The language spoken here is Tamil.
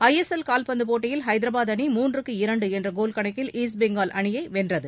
ஜஎஸ்எல் கால்பந்கப் போட்டயில் ன்றைகராபாத் அணி மூன்றுக்கு இரண்டு என்ற கோல் கணக்கில் ஈஸ்ட் பெங்கால் அணியை வென்றது